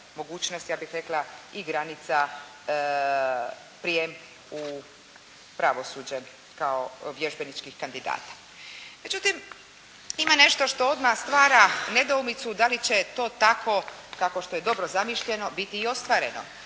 mogućnosti, ja bih rekla i granica, prijem u pravosuđe kao vježbeničkih kandidata. Međutim, ima nešto što odmah stvara nedoumicu, da li će to tako kako što je dobro zamišljeno, biti i ostvareno.